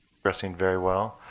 progressing very well.